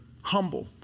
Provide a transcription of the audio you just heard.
humble